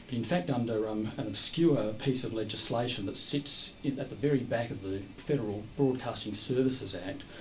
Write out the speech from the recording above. but in fact under um an obscure piece of legislation that sits at the very back of the federal broadcasting services act,